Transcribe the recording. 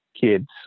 kids